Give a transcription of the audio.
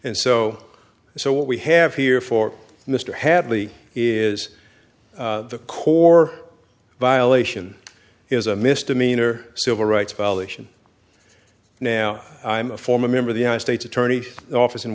and so so what we have here for mr hadley is the core violation is a misdemeanor civil rights violation now i'm a former member of the united states attorney's office in